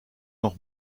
noch